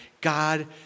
God